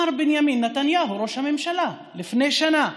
מר בנימין נתניהו, ראש הממשלה, לפני שנה.